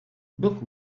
book